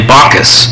Bacchus